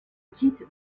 kit